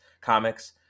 comics